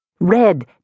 Red